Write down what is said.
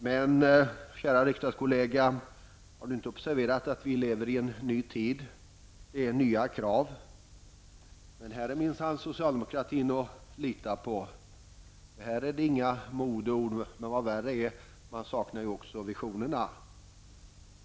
Men har inte min käre riksdagskollega observerat att vi lever i en ny tid, med nya krav? Här är minsann socialdemokratin att lita på. Här är det inga modeord. Vad värre är, man saknar också visionerna.